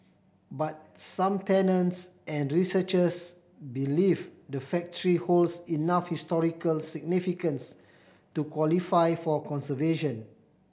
but some tenants and researchers believe the factory holds enough historical significance to qualify for conservation